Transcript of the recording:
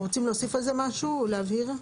אתם רוצים להוסיף על זה משהו, להבהיר?